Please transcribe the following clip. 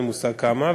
אין לי מושג כמה,